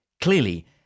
Clearly